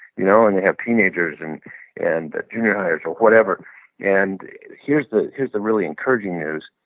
you know and they have teenagers and and junior highs or whatever and here's the here's the really encouraging news.